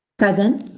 present.